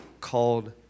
called